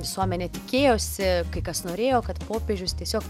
visuomenė tikėjosi kai kas norėjo kad popiežius tiesiog